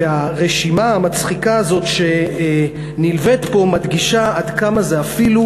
והרשימה המצחיקה הזאת שנלווית פה מדגישה עד כמה זה אפילו,